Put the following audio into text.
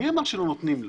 מי אמר שלא נותנים לו?